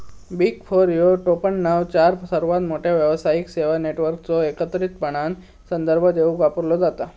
big four ह्यो टोपणनाव चार सर्वात मोठ्यो व्यावसायिक सेवा नेटवर्कचो एकत्रितपणान संदर्भ देवूक वापरलो जाता